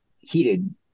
heated